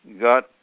got